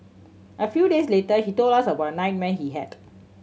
a few days later he told us about a nightmare he had